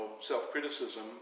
self-criticism